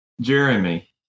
Jeremy